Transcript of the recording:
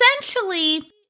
essentially